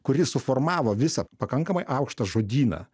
kuri suformavo visą pakankamai aukštą žodyną